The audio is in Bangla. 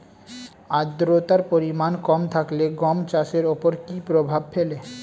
আদ্রতার পরিমাণ কম থাকলে গম চাষের ওপর কী প্রভাব ফেলে?